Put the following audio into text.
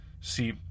See